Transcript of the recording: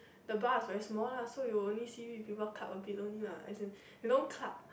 the bar is very small lah so you only see people club a bit only lah as in you know club